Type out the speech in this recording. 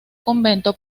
convento